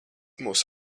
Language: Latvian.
mūs